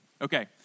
Okay